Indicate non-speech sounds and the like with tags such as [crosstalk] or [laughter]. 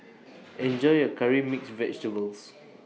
Enjoy [noise] your Curry Mixed Vegetables [noise]